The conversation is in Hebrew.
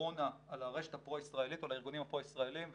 הקורונה על הרשת הפרו ישראלית או על הארגונים הפרו ישראליים,